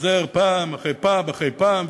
חוזר פעם אחרי פעם אחרי פעם,